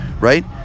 right